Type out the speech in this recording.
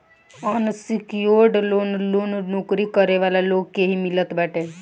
unsecured loan loan नोकरी करे वाला लोग के ही मिलत बाटे